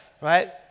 right